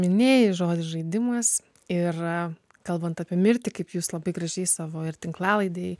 minėjai žodį žaidimas ir kalbant apie mirtį kaip jūs labai gražiai savo ir tinklalaidėj